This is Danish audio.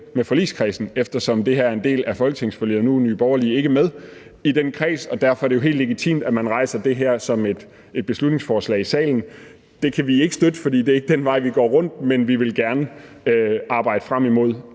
med forligskredsen, eftersom det her er en del af et folketingsforlig. Nu er Nye Borgerlige ikke med i den kreds, og derfor er det jo helt legitimt, at man fremsætter det her beslutningsforslag i salen. Vi kan ikke støtte det, for det er ikke den vej, vi vil gå, men vi vil gerne arbejde frem imod,